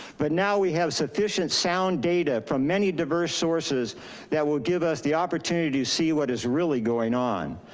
but now we have sufficient sound data from many diverse sources that will give us the opportunity to see what is really going on,